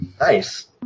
Nice